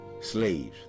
Slaves